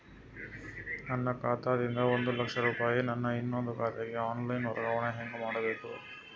ನನ್ನ ಖಾತಾ ದಿಂದ ಒಂದ ಲಕ್ಷ ರೂಪಾಯಿ ನನ್ನ ಇನ್ನೊಂದು ಖಾತೆಗೆ ಆನ್ ಲೈನ್ ವರ್ಗಾವಣೆ ಹೆಂಗ ಮಾಡಬೇಕು?